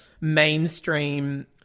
mainstream